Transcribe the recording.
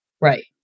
Right